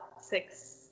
six